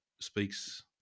speaks